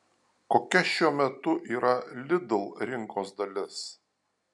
kokia šiuo metu yra lidl rinkos dalis